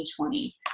2020